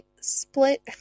split